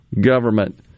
government